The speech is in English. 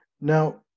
now